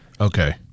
Okay